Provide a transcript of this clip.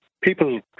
people